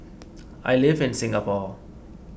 I live in Singapore